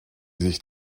sich